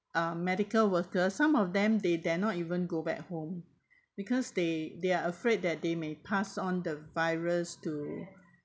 uh medical worker some of them they dare not even go back home because they they are afraid that they may pass on the virus to